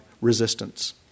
resistance